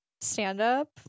stand-up